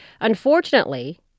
unfortunately